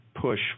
push